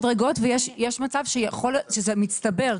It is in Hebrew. מדרגות ויש מצב שזה מצטבר.